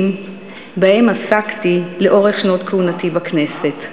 שבהם עסקתי לאורך שנות כהונתי בכנסת.